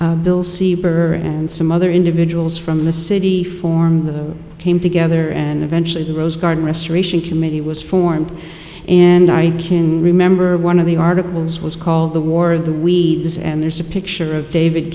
bill sieber and some other individuals from the city formed the came together and eventually the rose garden restoration committee was formed and i can remember one of the articles was called the war the we this and there's a picture of david